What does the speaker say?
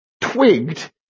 twigged